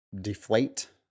deflate